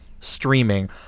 streaming –